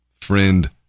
Friend